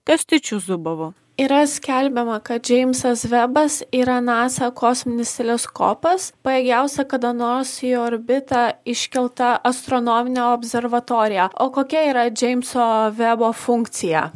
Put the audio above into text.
kastyčiu zubovu yra skelbiama kad džeimsas vebas yra nasa kosminis teleskopas pajėgiausia kada nors į orbitą iškelta astronominė obzervatorija o kokia yra džeimso vebo funkcija